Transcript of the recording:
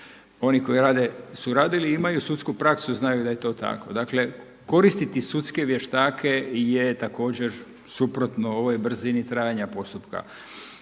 Oni koji rade su radili, imaju sudsku praksu, znaju da je to tako. Dakle koristiti sudske vještake je također suprotno ovoj brzini trajanja postupka.